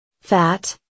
fat